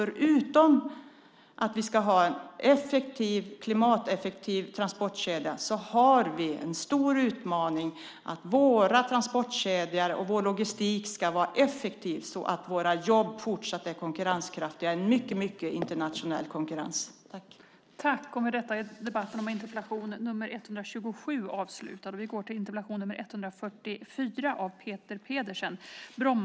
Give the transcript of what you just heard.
Förutom att vi ska ha en klimateffektiv transportkedja har vi en stor utmaning i att våra transportkedjor och vår logistik ska vara effektiva så att vi kan fortsätta att ha internationellt sett konkurrenskraftiga jobb.